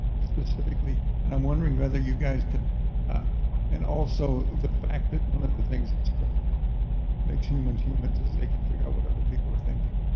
specifically. and i'm wondering whether you guys can and also, the fact that one of the things that sort of makes humans humans is they can figure out what other people are thinking,